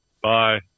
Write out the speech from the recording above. Bye